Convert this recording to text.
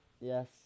Yes